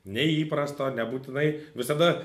neįprasto nebūtinai visada